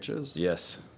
Yes